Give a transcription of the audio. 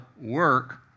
work